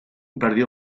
perdió